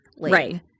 right